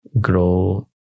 grow